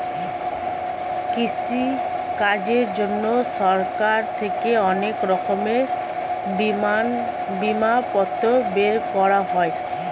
কৃষিকাজের জন্যে সরকার থেকে অনেক রকমের বিমাপত্র বের করা হয়